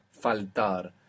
FALTAR